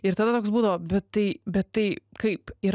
ir tada toks būdavo bet tai bet tai kaip ir